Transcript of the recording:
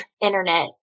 internet